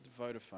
Vodafone